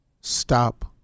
Stop